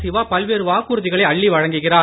சிவா பல்வேறு வாக்குறுதிகளை அள்ளி வழங்குகிறார்